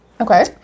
Okay